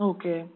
Okay